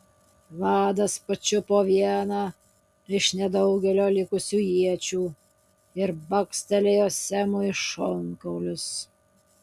vadas pačiupo vieną iš nedaugelio likusių iečių ir bakstelėjo semui į šonkaulius